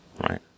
right